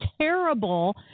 terrible